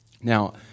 Now